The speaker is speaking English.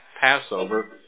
Passover